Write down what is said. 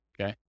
okay